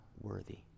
worthy